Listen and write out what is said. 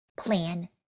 plan